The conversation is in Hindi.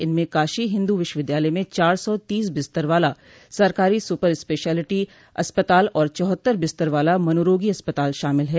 इनमें काशी हिन्दू विश्वविद्यालय में चार सौ तीस बिस्तर वाला सरकारी सुपर स्पेशलिटी अस्पताल और चौहत्तर बिस्तर वाला मनोरोगी अस्पताल शामिल हैं